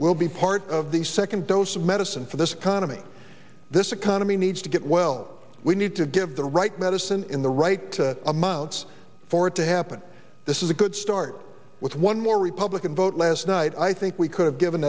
will be part of the second dose of medicine for this kind of me this economy needs to get well we need to give the right medicine in the right amounts for it to happen this is a good start with one more republican vote last night i think we could have given